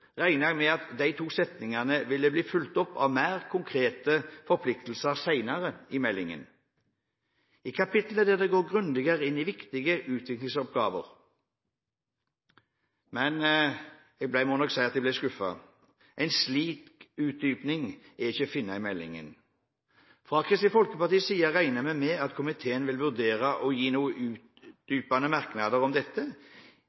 jeg med at de to setningene ville bli fulgt opp av mer konkrete forpliktelser senere i meldingen, i kapitlene der man går grundigere inn i viktige utviklingsoppgaver. Men jeg må si at jeg ble skuffet: En slik utdypning er ikke å finne i meldingen. Fra Kristelig Folkepartis side regner vi med at komiteen vil vurdere å gi